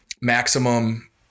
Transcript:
maximum